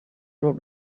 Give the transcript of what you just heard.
rolled